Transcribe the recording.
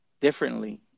differently